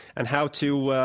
and how to